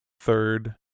third